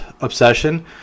Obsession